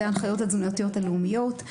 אלה ההנחיות התזונתיות הלאומיות.